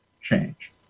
change